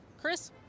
Chris